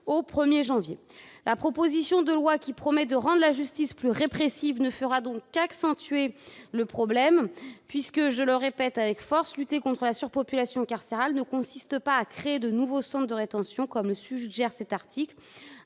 janvier dernier. Cette proposition de loi qui promet de rendre la justice plus répressive ne fera donc qu'accentuer le problème. Je le répète avec force : lutter contre la surpopulation carcérale ne consiste pas à créer de nouveaux centres de rétention, comme le suggère cet article.